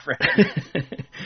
friend